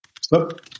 Stop